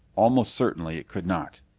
almost certainly it could not!